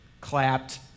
clapped